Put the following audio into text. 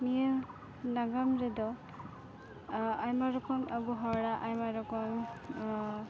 ᱱᱤᱭᱟᱹ ᱱᱟᱜᱟᱢ ᱨᱮᱫᱚ ᱟᱭᱢᱟ ᱨᱚᱠᱚᱢ ᱟᱵᱚ ᱦᱚᱲᱟᱜ ᱟᱭᱢᱟ ᱨᱚᱠᱚᱢ ᱚᱸᱻ